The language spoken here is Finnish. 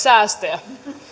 säästöjä